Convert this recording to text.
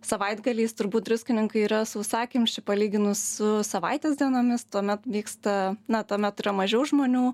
savaitgaliais turbūt druskininkai yra sausakimši palyginus su savaitės dienomis tuomet vyksta na tuomet yra mažiau žmonių